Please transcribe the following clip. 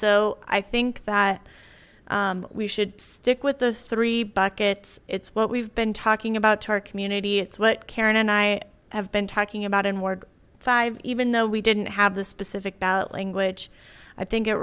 so i think that we should stick with those three buckets it's what we've been talking about tar community it's what karen and i have been talking about in ward five even though we didn't have the specific language i think it